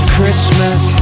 Christmas